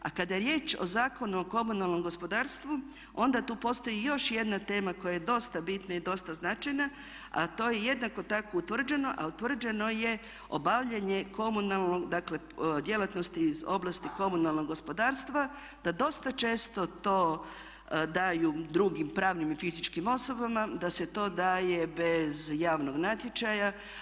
A kada je riječ o Zakonu o komunalnom gospodarstvu onda tu postoji još jedna tema koja je dosta bitna i dosta značajna a to je jednako tako utvrđeno a utvrđeno je obavljanje komunalnog, dakle djelatnosti iz oblasti komunalnog gospodarstva da dosta često to daju drugim pravnim i fizičkim osobama, da se to daje bez javnog natječaja.